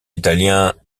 italien